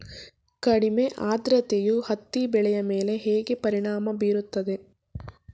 ಕಡಿಮೆ ಆದ್ರತೆಯು ಹತ್ತಿ ಬೆಳೆಯ ಮೇಲೆ ಹೇಗೆ ಪರಿಣಾಮ ಬೀರುತ್ತದೆ?